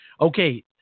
Okay